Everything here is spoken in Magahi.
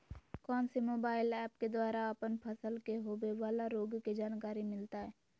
कौन सी मोबाइल ऐप के द्वारा अपन फसल के होबे बाला रोग के जानकारी मिलताय?